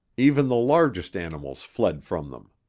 even the largest animals fled from them.